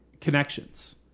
connections